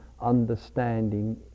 understanding